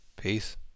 Peace